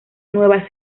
nueva